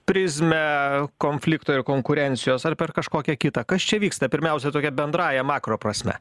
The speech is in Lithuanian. prizmę konflikto ir konkurencijos ar per kažkokią kitą kas čia vyksta pirmiausia tokia bendrąja makro prasme